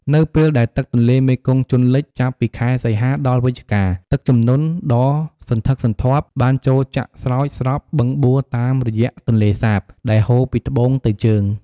នៅពេលដែលទឹកទន្លេមេគង្គជន់លិច ចាប់ពីខែ សីហា ដល់ វិច្ឆិកា ទឹកជំនន់ដ៏សន្ធឹកសន្ធាប់បានចូលចាក់ស្រោចស្រពបឹងបួរតាមរយៈទន្លេសាប ដែលហូរពីត្បូងទៅជើង។